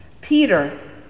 Peter